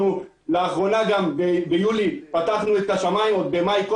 לאחרונה, ביולי, פתחנו את השמיים, עוד במאי,